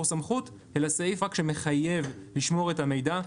סמכות אלא סעיף שמחייב לשמור את המידע.